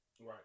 Right